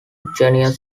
genuine